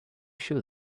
show